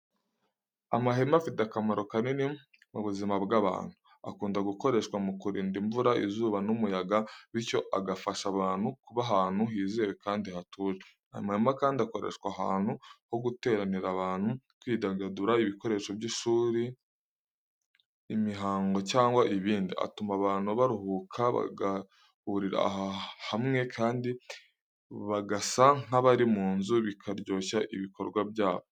Amahema afite akamaro kanini mu buzima bw’abantu. Akunda gukoreshwa mu kurinda imvura, izuba n’umuyaga, bityo agafasha abantu kuba ahantu hizewe kandi hatuje. Amahema kandi akora ahantu ho guteranira abantu, kwidagadura, ibikorwa by’ishuri, imihango cyangwa ibindi. Atuma abantu baruhuka, bagahurira hamwe kandi bagasa nk’abari mu nzu bikaryoshya ibikorwa byabo.